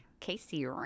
Casey